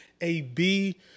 AB